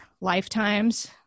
lifetimes